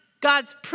God's